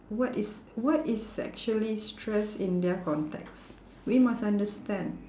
what is what is actually stress in their context we must understand